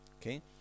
okay